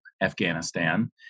Afghanistan